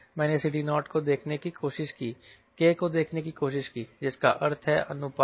मैंने CD0 को देखने की कोशिश की K को देखने की कोशिश की जिसका अर्थ है अनुपात